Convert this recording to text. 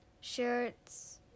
shirts